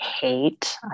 hate